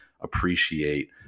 appreciate